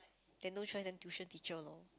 then no choice then tuition teacher loh